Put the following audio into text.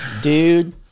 dude